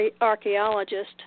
archaeologist